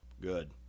Good